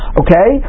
okay